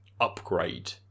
upgrade